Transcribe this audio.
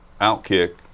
OutKick